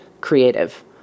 creative